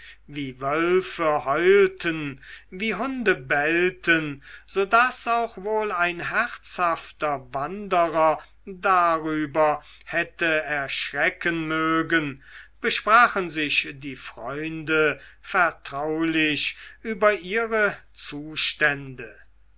wie wölfe heulten wie hunde bellten so daß auch wohl ein herzhafter wanderer darüber hätte erschrecken mögen besprachen sich die freunde vertraulich über ihre zustände